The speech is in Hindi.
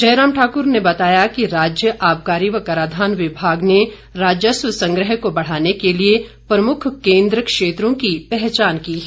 जयराम ठाक्र ने बताया कि राज्य आबकारी व काराधान विभाग ने राजस्व संग्रह को बढ़ाने के लिए प्रमुख केंद्र क्षेत्रों की पहचान की है